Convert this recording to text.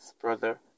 brother